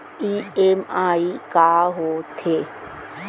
EMI का होथे?